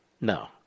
No